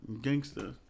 gangster